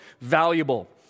valuable